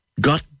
got